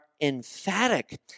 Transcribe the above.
emphatic